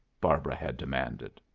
barbara had demanded.